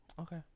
Okay